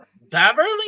Beverly